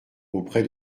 auprès